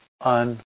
on